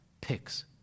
picks